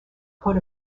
coat